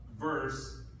verse